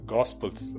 Gospels